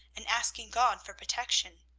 and asking god for protection.